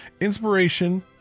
inspiration